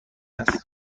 است